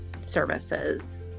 services